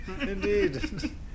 Indeed